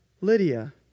Lydia